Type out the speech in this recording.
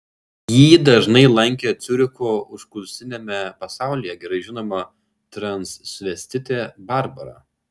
jį dažnai lankė ciuricho užkulisiniame pasaulyje gerai žinoma transvestitė barbara